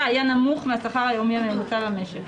היה נמוך מהשכר היומי הממוצע במשק.